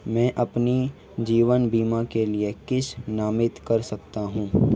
मैं अपने जीवन बीमा के लिए किसे नामित कर सकता हूं?